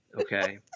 Okay